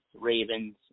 Ravens